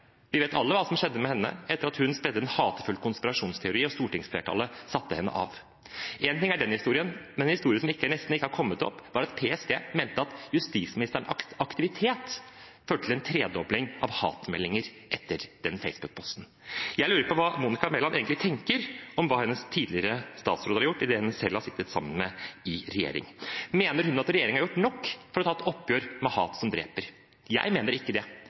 Vi vet alle hva som skjedde med henne etter at hun spredte en hatefull konspirasjonsteori. Stortingsflertallet avsatte henne. Én ting er den historien, men en historie som nesten ikke har kommet fram, er at PST mente at justisministerens aktivitet førte til en tredobling av hatmeldinger – etter den facebookposten. Jeg lurer på hva Monica Mæland egentlig tenker om hva hennes tidligere statsråder har gjort, en del av dem hun selv har sittet sammen med i regjering. Mener hun at regjeringen har gjort nok for å ta et oppgjør med hat som dreper? Jeg mener ikke det.